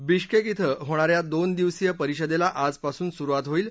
Bishkek इथं होणाऱ्या दोन दिवसीय परिषदेला आजपासून सुरुवात होईल